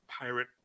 pirate